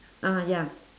ah ya